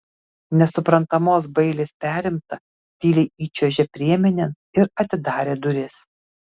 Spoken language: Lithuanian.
nesuprantamos bailės perimta tyliai įčiuožė priemenėn ir atidarė duris